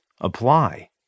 apply